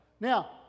Now